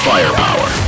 Firepower